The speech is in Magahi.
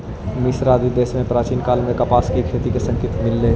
मिस्र आदि देश में भी प्राचीन काल में कपास के खेती के संकेत मिलले हई